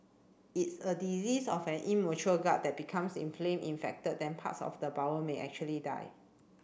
it's a disease of an immature gut that becomes inflamed infected then parts of the bowel may actually die